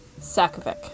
sakovic